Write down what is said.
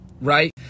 right